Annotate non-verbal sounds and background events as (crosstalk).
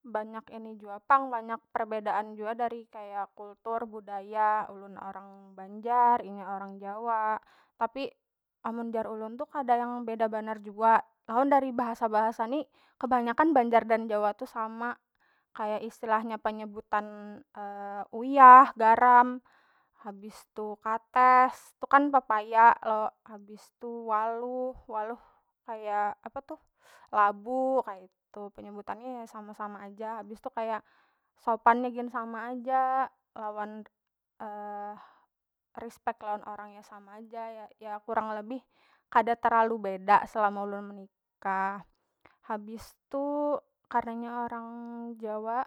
Banyak ini jua pang banyak perbedaan jua dari kaya kultur budaya ulun orang banjar inya orang jawa tapi amun jar ulun tu kada yang beda banar jua tahon dari bahasa- bahasa ni kebanyakan banjar dan jawa tu sama kaya istilahnya penyebutan (hesitation) uyah garam habis tu katas tu kan pepaya lo habis tu waluh- waluh kaya apa tuh (hesitation) labu kaitu penyebutannya ya sama- sama aja habis tu kaya sopan nya gin sama aja lawan (hesitation) rispek lawan orang ya sama aja ya ya kurang lebih kada terlalu beda selama ulun menikah habis tu karna nya orang jawa